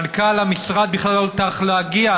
מנכ"ל המשרד בכלל לא טרח להגיע,